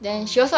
orh